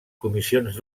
comissions